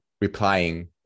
replying